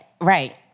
right